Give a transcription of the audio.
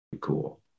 cool